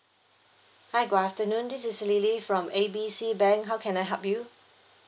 hi good afternoon this is lily from A B C bank how can I help you